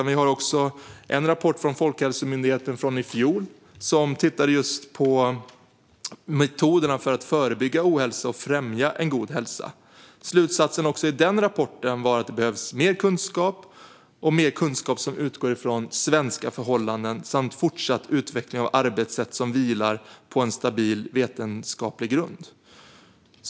Vi har också en rapport från Folkhälsomyndigheten från i fjol, där man tittar på metoderna för att förebygga ohälsa och främja en god hälsa. Slutsatsen även i den rapporten är att det behövs mer kunskap som utgår från svenska förhållanden samt fortsatt utveckling av arbetssätt som vilar på en stabil vetenskaplig grund.